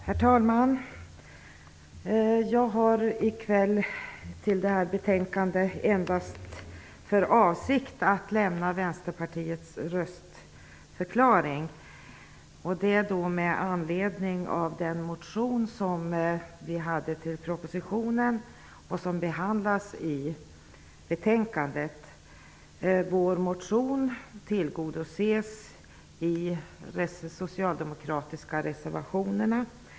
Herr talman! Jag har i kväll endast för avsikt att till detta betänkande lämna Västerpartiets röstförklaring med anledning av den motion som behandlas i betänkandet och som väckts med anledning av propositionen. Vår motion tillgodoses genom de socialdemokratiska reservationerna.